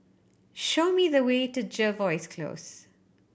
show me the way to Jervois Close